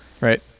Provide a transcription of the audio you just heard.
Right